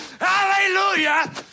hallelujah